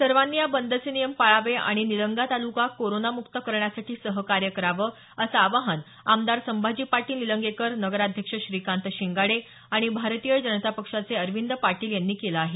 सर्वांनी या बंदचे नियम पाळावे आणि आपला निलंगा तालुका कोरोनामुक्त करण्यासाठी सहकार्य करावे असं आवाहन आमदार संभाजी पाटील निलंगेकर नगराध्यक्ष श्रीकांत शिंगाडे आणि भारतीय जनता पक्षाचे अरविंद पाटील यांनी केलं आहे